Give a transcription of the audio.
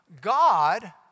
God